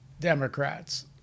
Democrats